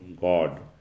God